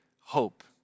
hope